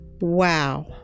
wow